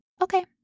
okay